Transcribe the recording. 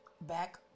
back